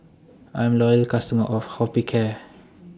I'm A Loyal customer of Hospicare